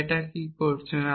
তাই এটা কি করেছেন